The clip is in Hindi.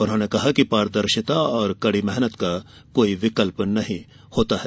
उन्होंने कहा कि पारदर्शिता और कड़ी मेहनत का कोई विकल्प नहीं है